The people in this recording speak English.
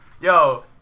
yo